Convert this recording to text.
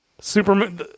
Superman